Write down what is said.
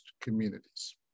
communities